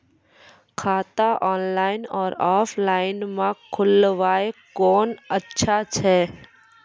खाता ऑनलाइन और ऑफलाइन म खोलवाय कुन अच्छा छै?